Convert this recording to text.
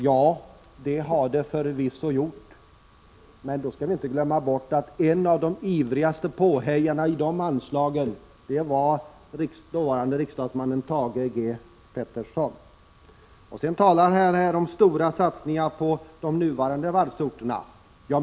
Ja, det har det förvisso gjort, men då skall vi inte glömma bort att en av de ivrigaste påhejarna för de anslagen var dåvarande riksdagsmannen Thage G. Peterson. Vidare talade industriministern om stora satsningar på de nuvarande varvsorterna.